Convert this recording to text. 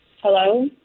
Hello